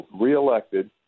reelected